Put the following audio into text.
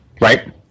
right